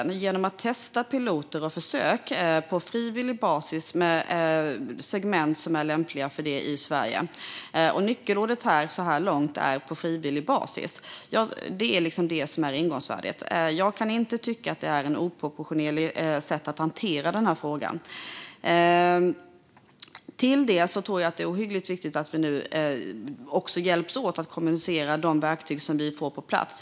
Vi kan göra det genom att testa piloter och försök på frivillig basis med segment som är lämpliga för det i Sverige. Nyckelord är så här långt "på frivillig basis". Detta är ingångsvärdet. Jag tycker inte att detta är ett oproportionerligt sätt att hantera frågan. Därtill är det ohyggligt viktigt att vi också hjälps åt att kommunicera de verktyg som vi får på plats.